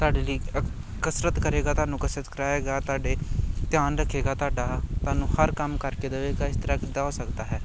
ਤੁਹਾਡੇ ਲਈ ਕਸਰਤ ਕਰੇਗਾ ਤੁਹਾਨੂੰ ਕਸਰਤ ਕਰਾਏਗਾ ਤੁਹਾਡੇ ਧਿਆਨ ਰੱਖੇਗਾ ਤੁਹਾਡਾ ਤੁਹਾਨੂੰ ਹਰ ਕੰਮ ਕਰਕੇ ਦਵੇਗਾ ਇਸ ਤਰਾਂ ਕਿੱਦਾਂ ਹੋ ਸਕਦਾ ਹੈ